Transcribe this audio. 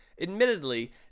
admittedly